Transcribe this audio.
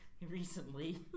recently